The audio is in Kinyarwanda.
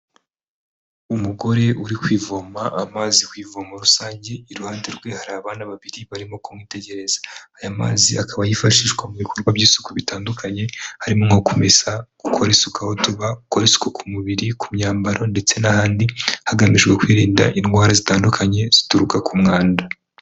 Umugore uri kuvoma amazi ku ivomo rusange, iruhande rwe hari abana babiri barimo kumwitegereza, aya mazi akaba yifashishwa mu bikorwa by'isuku bitandukanye harimo nko kumesa, gukora isuku aho tuba, gukora isuku ku mubiri, ku myambaro ndetse n'ahandi, hagamijwe kwirinda indwara zitandukanye zituruka ku mwanda.